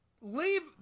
leave